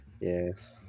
Yes